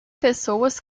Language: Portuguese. pessoas